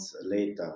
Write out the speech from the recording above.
later